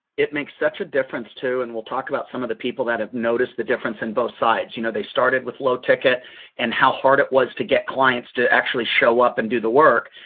it makes such a difference too and we'll talk about some of the people that have noticed the difference in both sides. you know, they started with low ticket and how hard it was to get clients to actually show up and do the work,